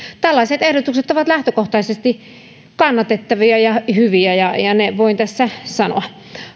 tällaiset ehdotukset ovat lähtökohtaisesti kannatettavia ja hyviä ja sen voin tässä sanoa